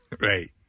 Right